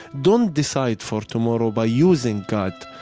don't decide for tomorrow by using god,